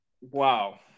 wow